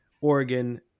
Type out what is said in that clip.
Oregon